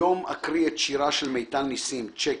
היום אקריא את שירה של מיטל ניסים "צקים".